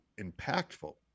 impactful